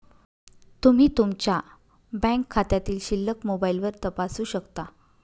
तुम्ही तुमच्या बँक खात्यातील शिल्लक मोबाईलवर तपासू शकता